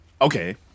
Okay